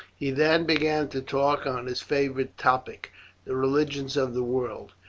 he then began to talk on his favourite topic the religions of the world,